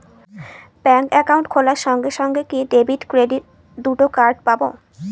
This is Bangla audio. ব্যাংক অ্যাকাউন্ট খোলার সঙ্গে সঙ্গে কি ডেবিট ক্রেডিট দুটো কার্ড পাবো?